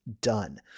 done